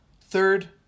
Third